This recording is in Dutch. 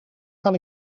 kan